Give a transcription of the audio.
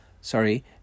sorry